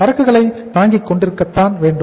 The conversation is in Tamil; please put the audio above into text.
சரக்குகளை தாங்கிக் கொண்டிருக்கத்தான் வேண்டும்